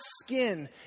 skin